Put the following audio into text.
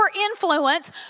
influence